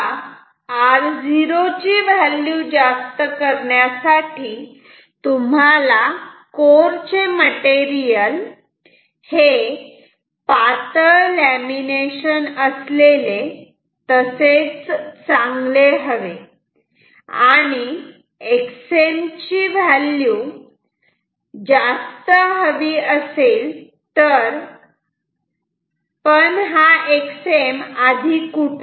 तेव्हा R0 ची value जास्त करण्यासाठी तुम्हाला कोर चे मटेरियल हे पातळ लॅमिनेशन असलेले तसेच चांगले हवे आणि Xm ची व्हॅल्यू जास्त हवी असेल पण हा Xm कुठून येतो